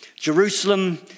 Jerusalem